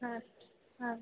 ಹಾಂ ಹಾಂ